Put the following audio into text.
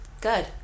Good